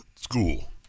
school